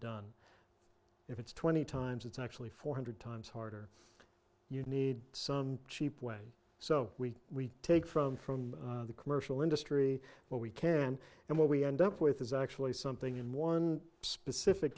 done if it's twenty times it's actually four hundred times harder you need some cheap way so we take from from the commercial industry what we can and what we end up with is actually something in one specific